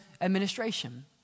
administration